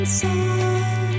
sun